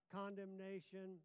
condemnation